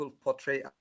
portray